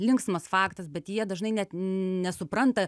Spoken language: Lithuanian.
linksmas faktas bet jie dažnai net nesupranta